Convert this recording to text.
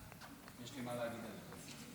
יש לי מה להגיד על זה.